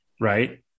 right